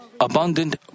abundant